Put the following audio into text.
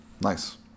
Nice